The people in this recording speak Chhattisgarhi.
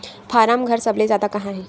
फारम घर सबले जादा कहां हे